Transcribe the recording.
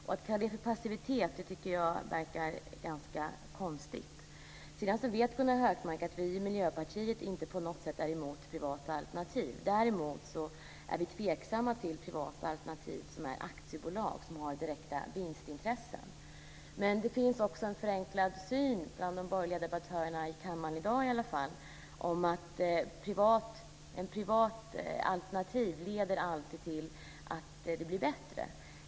Jag tycker att talet om passivitet verkar ganska konstigt. Gunnar Hökmark vet också att vi i Miljöpartiet inte på något sätt är emot privata alternativ. Vi är däremot tveksamma till privata alternativ i form av aktiebolag som har direkta vinstintressen. Det finns också en förenklad syn i varje fall bland de borgerliga debattörerna i kammaren i dag att privata alternativ alltid leder till att det blir bättre.